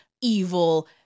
evil